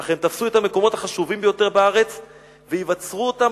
אך הם תפסו את המקומות החשובים ביותר בארץ ויבצרו אותם